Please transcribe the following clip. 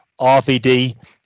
RVD